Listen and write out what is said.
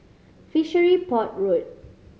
Fishery Port Road